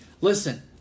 Listen